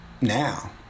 now